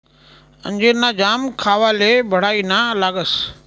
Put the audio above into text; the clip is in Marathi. अंजीर ना जाम खावाले बढाईना लागस